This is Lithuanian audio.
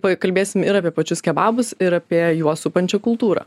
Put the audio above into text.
pakalbėsim ir apie pačius kebabus ir apie juos supančią kultūrą